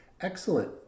excellent